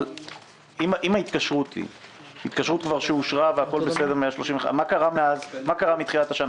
אבל אם ההתקשרות מאושרת אז מה קרה מתחילת השנה,